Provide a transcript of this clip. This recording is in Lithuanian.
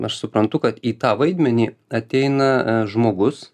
aš suprantu kad į tą vaidmenį ateina žmogus